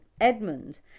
Edmund